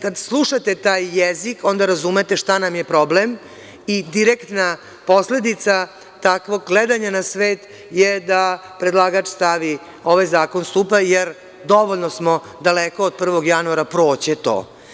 Kad slušate taj jezik, onda razumete šta nam je problem i direktna posledica takvog gledanja na svet je da predlagač stavi - ovaj zakona stupa, jer dovoljno smo daleko od 1. januara, proći će to.